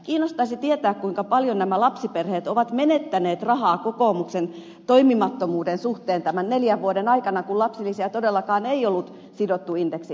kiinnostaisi tietää kuinka paljon nämä lapsiperheet ovat menettäneet rahaa kokoomuksen toimimattomuuden vuoksi näiden neljän vuoden aikana kun lapsilisiä todellakaan ei ole ollut sidottu indeksiin